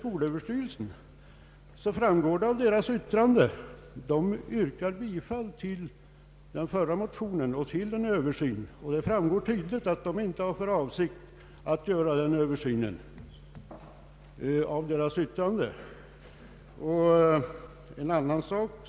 Skolöverstyrelsen yrkade bifall till den förra motionen och till en översyn, och det framgår tydligt av dess yttrande att skolöverstyrelsen inte har för avsikt att göra denna översyn.